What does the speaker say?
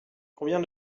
combien